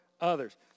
others